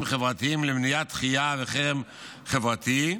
חברתיים למניעת דחייה וחרם חברתי,